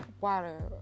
water